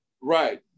Right